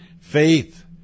Faith